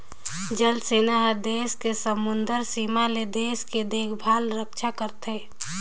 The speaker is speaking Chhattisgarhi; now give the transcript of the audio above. जल सेना हर देस के समुदरर सीमा ले देश के देखभाल रक्छा करथे